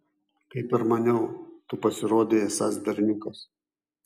kaip ir maniau tu pasirodei esąs berniukas